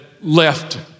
left